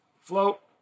float